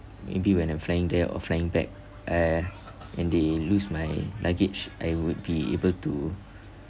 maybe when I'm flying there or flying back uh and they lose my luggage I would be able to